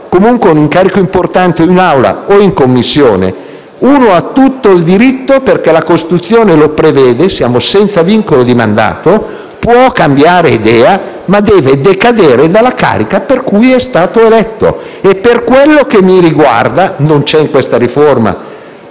comunque un incarico importante in Assemblea o in Commissione si ha tutto il diritto - perché la Costituzione lo prevede, siamo senza vincolo di mandato - di cambiare idea, ma si deve decadere dalla carica per cui si è stati eletti. E per quello che mi riguarda - non c'è nella riforma,